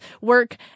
work